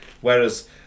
whereas